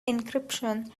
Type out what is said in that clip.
encryption